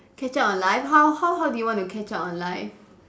catch up on life how how how do you want to catch up on life